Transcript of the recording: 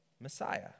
Messiah